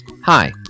hi